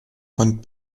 von